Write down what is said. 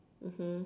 mmhmm